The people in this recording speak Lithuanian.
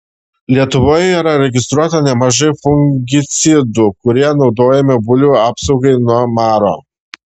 lietuvoje yra registruota nemažai fungicidų kurie naudojami bulvių apsaugai nuo maro